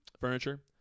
furniture